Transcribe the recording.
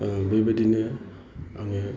बिबायदिनो आङो